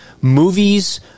movies